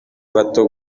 bato